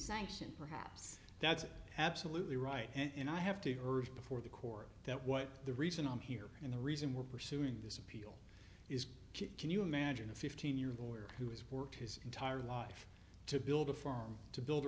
sanctioned perhaps that's absolutely right and i have to heard before the court that what the reason i'm here and the reason we're pursuing this appeal is can you imagine a fifteen year boarder who has worked his entire life to build a farm to build a